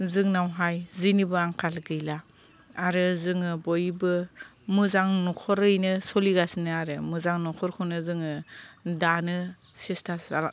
जोंनावहाय जिनिबो आंखाल गैला आरो जोङो बयबो मोजां न'खरैनो सोलिगासिनो आरो मोजां न'खरखौनो जोङो दानो सेस्था